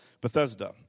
Bethesda